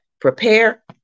prepare